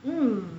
hmm